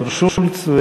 ד"ר שולץ,